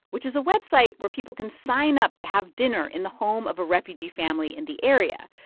which is a website where people can sign up to have dinner in the home of a refugee family in the area.